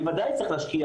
בוודאי צריך להשקיע